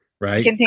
Right